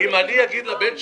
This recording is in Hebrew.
אם אגיד לבן שלי: